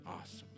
Awesome